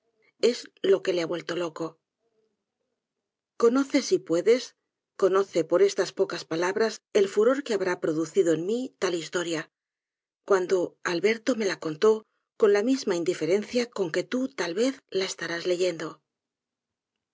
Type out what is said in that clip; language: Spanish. es lo que le ha vuelto loco conoce si puedes conoce por estas pocas palabras el furor que habrá producido en mí la tal historia cuando alberto me la contó con la misma indiferencia con que tú tal vez la estarás leyendo